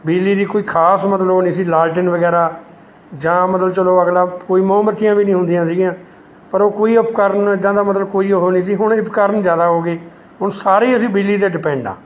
ਬਿਜਲੀ ਦੀ ਕੋਈ ਖਾਸ ਮਤਲਬ ਉਹ ਨਹੀਂ ਸੀ ਲਾਲਟੇਨ ਵਗੈਰਾ ਜਾਂ ਮਤਲਬ ਚਲੋ ਅਗਲਾ ਕੋਈ ਮੋਮਬੱਤੀਆਂ ਵੀ ਨਹੀਂ ਹੁੰਦੀਆਂ ਸੀਗੀਆਂ ਪਰ ਉਹ ਕੋਈ ਉਪਕਰਨ ਇੱਦਾਂ ਦਾ ਮਤਲਬ ਕੋਈ ਉਹ ਨਹੀਂ ਸੀ ਹੁਣ ਉਪਕਰਨ ਜ਼ਿਆਦਾ ਹੋ ਗਏ ਹੁਣ ਸਾਰੇ ਹੀ ਅਸੀਂ ਬਿਜਲੀ 'ਤੇ ਡਿਪੈਂਡ ਹਾਂ